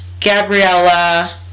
Gabriella